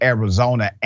Arizona